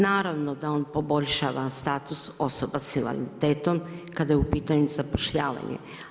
Naravno da on poboljšava status osoba sa invaliditetom kada je u pitanju zapošljavanje.